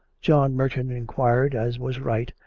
john merton inquired, as was right,